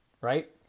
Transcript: right